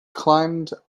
climbed